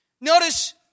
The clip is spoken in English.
Notice